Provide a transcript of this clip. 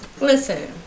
Listen